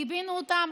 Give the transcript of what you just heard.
גיבינו אותם,